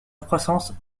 croissance